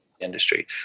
industry